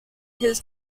his